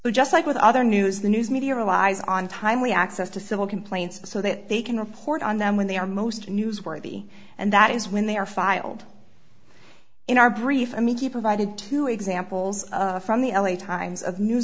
but just like with other news the news media relies on timely access to civil complaints so that they can report on them when they are most newsworthy and that is when they are filed in our brief i mean he provided two examples from the l a times of news